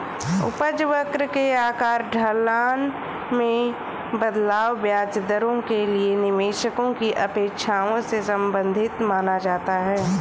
उपज वक्र के आकार, ढलान में बदलाव, ब्याज दरों के लिए निवेशकों की अपेक्षाओं से संबंधित माना जाता है